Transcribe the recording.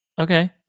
Okay